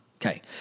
Okay